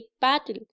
battle